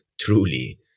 truly